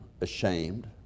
ashamed